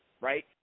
right